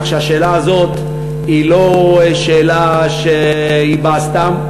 כך שהשאלה הזאת היא לא שאלה שבאה סתם,